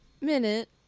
Minute